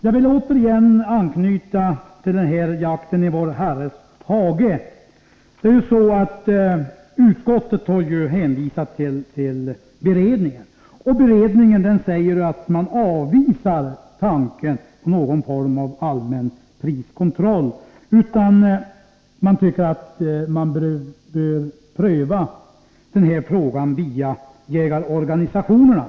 Jag vill återigen knyta an till artikeln med rubriken Jakten i vår Herres hage. Utskottet har hänvisat till beredningen, och beredningen avvisar tanken på någon form av allmän priskontroll. Den tycker att man bör lösa problemet via jägarorganisationerna.